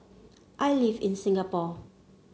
I live in Singapore